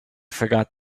forgot